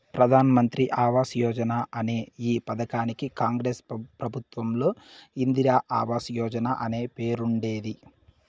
ప్రధాన్ మంత్రి ఆవాస్ యోజన అనే ఈ పథకానికి కాంగ్రెస్ ప్రభుత్వంలో ఇందిరా ఆవాస్ యోజన అనే పేరుండేది